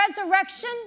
resurrection